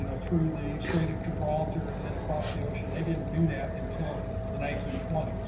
you know through the strait of gibraltar and then across the ocean. they didn't do that until the nineteen twenty s.